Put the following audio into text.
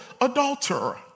adulterer